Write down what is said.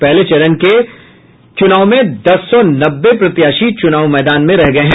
पहले चरण के चुनाव में दस सौ नब्बे प्रत्याशी चुनावी मैदान में रह गये हैं